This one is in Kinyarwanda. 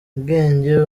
ubwenge